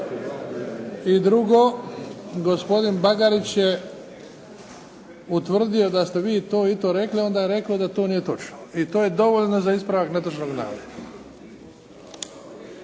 I drugo, gospodin Bagarić je utvrdio da ste vi to i to rekli, onda je rekao da to nije točno. I to je dovoljno za ispravak netočnog navoda.